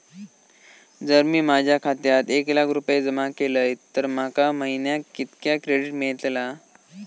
जर मी माझ्या खात्यात एक लाख रुपये जमा केलय तर माका महिन्याक कितक्या क्रेडिट मेलतला?